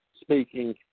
speaking